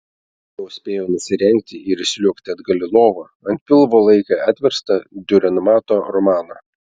ši jau spėjo nusirengti ir įsliuogti atgal į lovą ant pilvo laikė atverstą diurenmato romaną